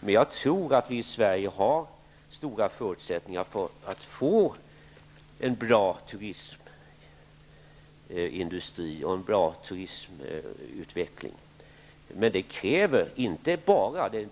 Men jag tror att vi i Sverige ändå har stora förutsättningar att få en bra turistindustri och en god utveckling vad gäller turismen. I det sammanhanget krävs